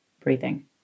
breathing